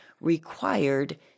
required